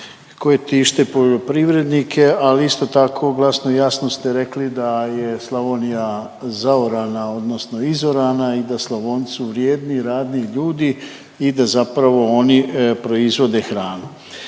koji tište poljoprivrednike, ali isto tako glasno i jasno ste rekli da je Slavonija zaorana, odnosno izorana i da Slavonci su vrijedni, radni ljudi i da zapravo oni proizvode hranu.